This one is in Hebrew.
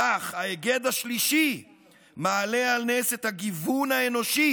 כך, ההיגד השלישי מעלה על נס את הגיוון האנושי.